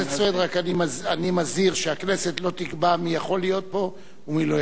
רק אני מזהיר שהכנסת לא תקבע מי יכול להיות פה ומי לא יכול להיות פה.